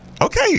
Okay